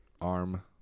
Arm